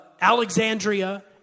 Alexandria